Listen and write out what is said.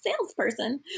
salesperson